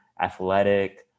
athletic